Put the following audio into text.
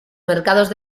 mercados